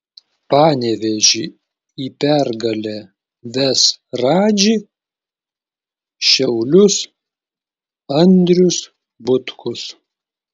panevėžį į pergalę ves radži šiaulius andrius butkus